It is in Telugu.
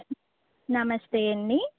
నమస్తే అండి